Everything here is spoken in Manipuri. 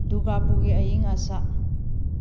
ꯗꯨꯔꯒꯥꯄꯨꯔꯒꯤ ꯑꯏꯪ ꯑꯁꯥ